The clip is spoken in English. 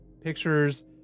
pictures